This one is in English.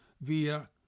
via